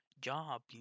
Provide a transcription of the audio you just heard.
job